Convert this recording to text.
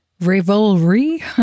Rivalry